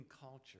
culture